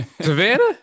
Savannah